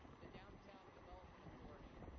the downtown development authority,